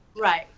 Right